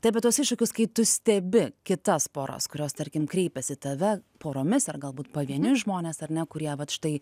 tai apie tuos iššūkius kai tu stebi kitas poras kurios tarkim kreipiasi į tave poromis ar galbūt pavieniui žmonės ar ne kurie vat štai